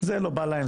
זה לא בא להם,